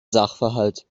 sachverhalt